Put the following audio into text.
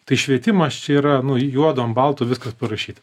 tai švietimas čia yra nu juodu ant balto viskas parašyta